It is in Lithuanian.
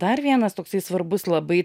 dar vienas toksai svarbus labai